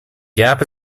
gap